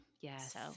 Yes